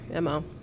MO